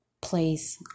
place